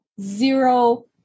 zero